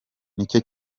nicyo